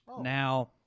now